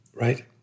Right